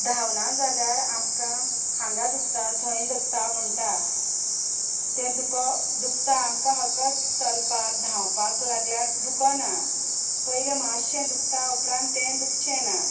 धावना जाल्यार आमकां हांगां दुखता थंय दुखता म्हणटा तें दुको दुखता आमकां हकत चलपाक धावपाक लागल्यार दुखोना पयलें माश्शें दुखता उपरान तें दुखचें ना